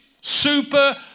super